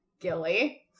gilly